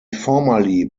formerly